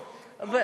בהסתדרות,